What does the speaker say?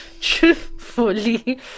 Truthfully